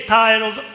titled